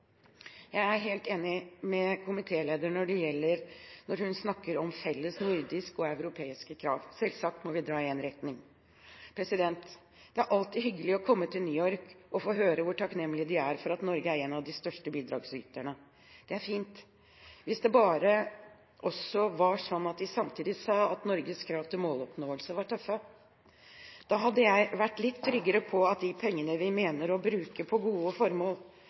Jeg er helt enig med komitelederen når hun snakker om felles nordiske og europeiske krav. Selvsagt må vi dra i én retning. Det er alltid hyggelig å komme til New York å få høre hvor takknemlige de er for at Norge er en av de største bidragsyterne. Det er fint. Hvis det bare også var slik at de samtidig sa at Norges krav til måloppnåelse var tøffe, hadde jeg vært litt tryggere på at de pengene vi mener å bruke på gode formål,